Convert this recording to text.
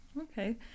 Okay